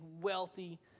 wealthy